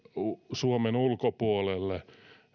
suomen ulkopuolelle